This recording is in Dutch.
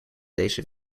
deze